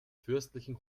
fürstlichen